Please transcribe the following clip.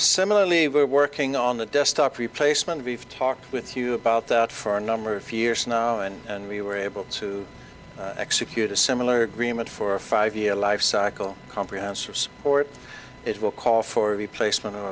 similarly we're working on the desktop replacement beef to talk with you about that for a number of years now and we were able to execute a similar agreement for a five year life cycle comprehensive support it will call for a replacement of